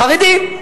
חרדים,